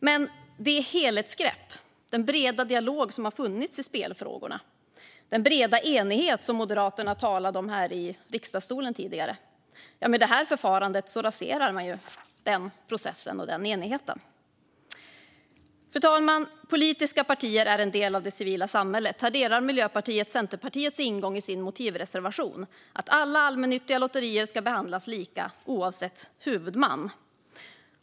Men det helhetsgrepp och den breda dialog som har funnits i spelfrågorna - den breda enighet som Moderaterna talade om här i talarstolen tidigare - raserar man med det här förfarandet. Fru talman! Politiska partier är en del av det civila samhället. Här delar Miljöpartiet Centerpartiets ingång som de beskriver i sin motivreservation: att alla allmännyttiga lotterier ska behandlas lika oavsett huvudman.